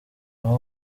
naho